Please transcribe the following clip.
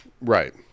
Right